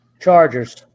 Chargers